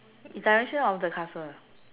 it's the dimension of the castle